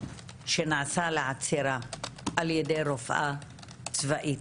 שנעשה לעצירה על-ידי רופאה צבאית.